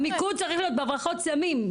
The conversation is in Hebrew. המיקוד צריך להיות בהברחות סמים,